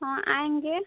हाँ आएँगे